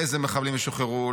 איזה מחבלים ישוחררו,